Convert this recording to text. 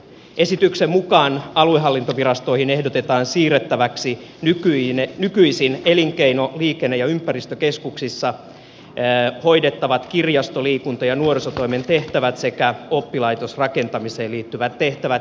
esityksen mukaan aluehallintovirastoihin ehdotetaan siirrettäväksi nykyisin elinkeino liikenne ja ympäristökeskuksissa hoidettavat kirjasto liikunta ja nuorisotoimen tehtävät sekä oppilaitosrakentamiseen liittyvät tehtävät